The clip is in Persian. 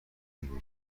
ببینم